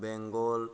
Bengal